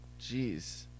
Jeez